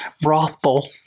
brothel